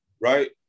right